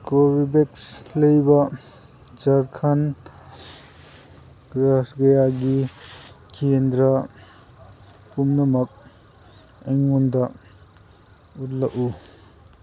ꯀꯣꯔꯚꯤꯕꯦꯛꯁ ꯂꯩꯕ ꯖꯔꯈꯟ ꯔꯥꯖ꯭ꯌꯥꯒꯤ ꯀꯦꯟꯗ꯭ꯔꯥ ꯄꯨꯝꯅꯃꯛ ꯑꯩꯉꯣꯟꯗ ꯎꯠꯂꯛꯎ